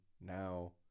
now